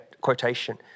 quotation